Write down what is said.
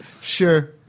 Sure